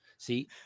See